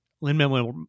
lin-manuel